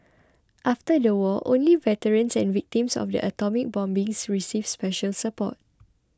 after the war only veterans and victims of the atomic bombings received special support